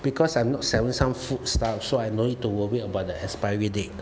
because I'm not selling some food stuff so I no need to worry about the expiry date